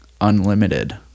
unlimited